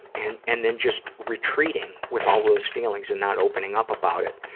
and, and then just retreating with all those feelings and not opening up about it,